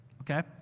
okay